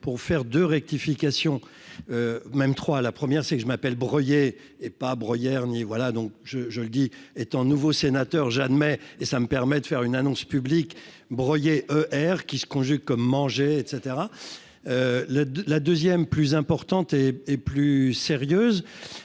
pour faire 2 rectifications même trois la première, c'est que je m'appelle Breuiller et pas Breuiller ni voilà donc je, je le dis étant nouveau sénateur j'admets et ça me permet de faire une annonce publique Breuiller R qui se conjugue comme manger et caetera le la 2ème plus importante et et plus sérieuse,